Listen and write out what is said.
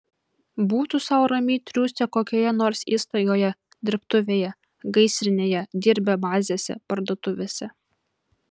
būtų sau ramiai triūsę kokioje nors įstaigoje dirbtuvėje gaisrinėje dirbę bazėse parduotuvėse